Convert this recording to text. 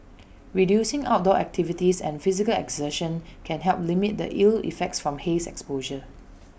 reducing outdoor activities and physical exertion can help limit the ill effects from haze exposure